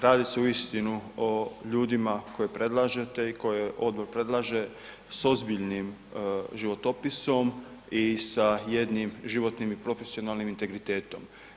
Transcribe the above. Radi se uistinu o ljudima koje predlažete i koje odbor predlaže s ozbiljnim životopisom i sa jednim životnim i profesionalnim integritetom.